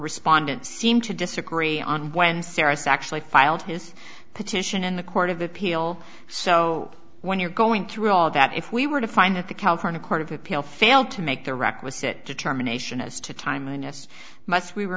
respondent seem to disagree on when sarah's actually filed his petition in the court of appeal so when you're going through all that if we were to find that the california court of appeal failed to make the requisite determination as to time and yes must we were